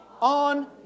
on